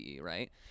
right